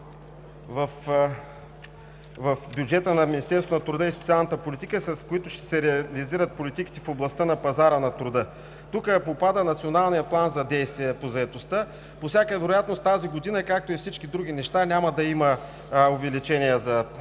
в бюджета на Министерството труда и социалната политика, с които ще се реализират политиките в областта на пазара на труда. Тук попада Националният план за действие по заетостта. По всяка вероятност тази година, както и всички други неща, няма да има увеличение за